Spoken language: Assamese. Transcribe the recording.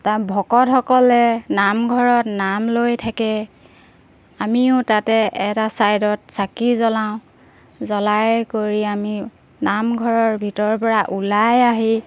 তাত ভকতসকলে নামঘৰত নাম লৈ থাকে আমিও তাতে এটা চাইডত চাকি জ্বলাওঁ জ্বলাই কৰি আমি নামঘৰৰ ভিতৰৰপৰা ওলাই আহি